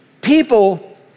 people